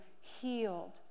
healed